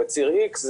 בציר X,